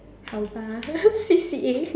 好吧 C_C_A